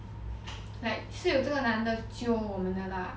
like 是有这个男的 jio 我们来 lah